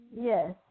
Yes